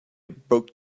broke